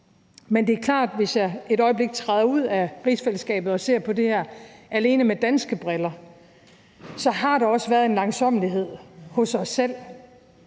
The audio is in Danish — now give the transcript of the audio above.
Men det er klart, hvis jeg et øjeblik træder ud af rigsfællesskabet og ser på det her alene med danske briller, at der også har været en langsommelighed hos os selv